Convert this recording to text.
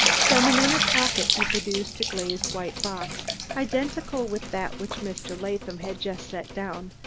from an inner pocket he produced a glazed white box, identical with that which mr. latham had just set down,